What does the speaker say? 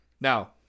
Now